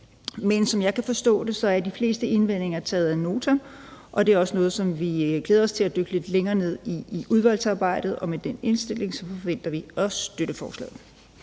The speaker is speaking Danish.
Men som jeg kan forstå det, er de fleste indvendinger taget ad notam, og det er også noget, som vi glæder os til at dykke lidt længere ned i i udvalgsarbejdet. Og med den indstilling forventer vi også at støtte forslaget.